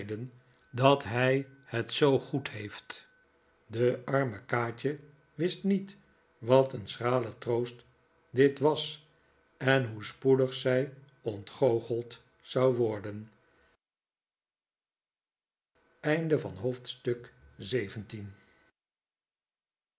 dat hij het zoo goed heeft de arme kaatje wist niet wat een schrale troost dit was en hoe spoedig zij ontgoocheld zou worden